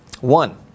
one